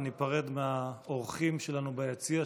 ניפרד מהאורחים שלנו ביציע,